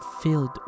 filled